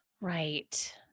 Right